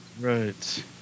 Right